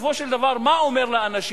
בסופו של דבר מה אומר לאנשים?